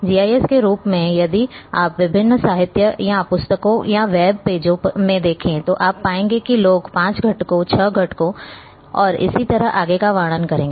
GIS के रूप में यदि आप विभिन्न साहित्य या पुस्तकों या वेब पेजों में देखेंगे तो आप पाएंगे कि लोग पांच घटकों छह घटकों और इसी तरह आगे का वर्णन करेंगे